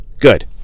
good